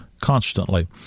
constantly